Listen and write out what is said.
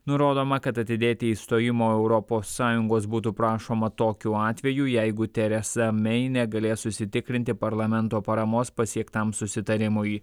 nurodoma kad atidėti išstojimo europos sąjungos būtų prašoma tokiu atveju jeigu tereza mei negalės užsitikrinti parlamento paramos pasiektam susitarimui